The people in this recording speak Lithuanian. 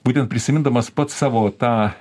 būtent prisimindamas pats savo tą